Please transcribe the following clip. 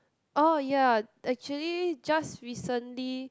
oh ya actually just recently